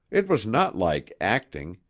it was not like acting,